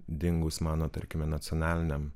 dingus mano tarkime nacionaliniam